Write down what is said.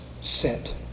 set